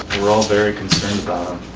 we're all very concerned about him.